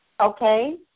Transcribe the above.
Okay